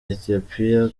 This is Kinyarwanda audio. ethiopia